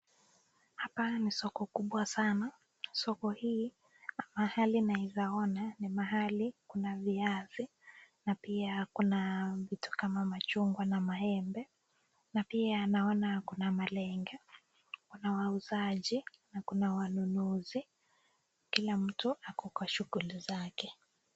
hapa ni soko kubwa sana soko hii mahali nawezaona ni mahali inaviazi, na pia kuna kitu maka machungwa na maembe na pia naona na malenge na wauzaji na kuna wanunuzi kila mtu ako kwa shuguli zake.